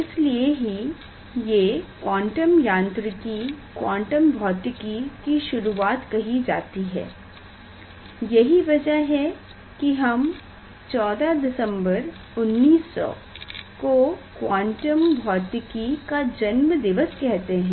इसलिए ही ये क्वांटम यांत्रिकी क्वांटम भौतिकी की शुरुवात कही जाती है यही वजह है की हम 14 Dec 1900 को क्वांटम भौतिकी का जन्म दिवस कहते हैं